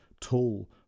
tall